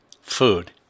food